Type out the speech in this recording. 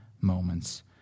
moments